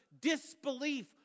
disbelief